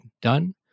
done